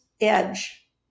edge